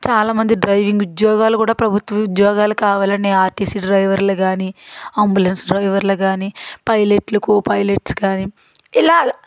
చాలా మంది డ్రైవింగ్ ఉద్యోగాలు కూడా ప్రభుత్వ ఉద్యోగాలు కావాలని ఆర్టీసీ డ్రైవర్లు కానీ అంబులెన్స్ డ్రైవర్లు కానీ పైలెట్లు కోపైలెట్స్ కానీ ఇలా